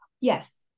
Yes